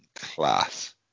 class